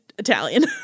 Italian